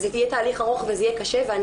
וזה יהיה תהליך ארוך וזה יהיה קשה ואני